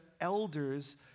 elders